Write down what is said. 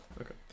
Okay